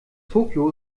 tokyo